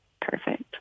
Perfect